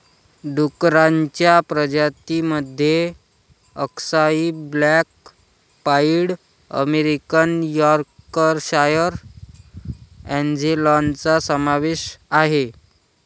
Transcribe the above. डुक्करांच्या प्रजातीं मध्ये अक्साई ब्लॅक पाईड अमेरिकन यॉर्कशायर अँजेलॉनचा समावेश आहे